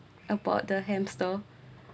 about the hamster